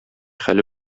хәле